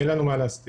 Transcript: אין לנו מה להסתיר.